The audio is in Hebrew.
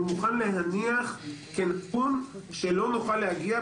אני מוכן להניח כארגון שלא נוכל להגיע,